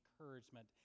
encouragement